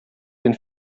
den